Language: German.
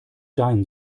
dein